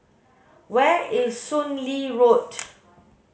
where is Soon Lee Road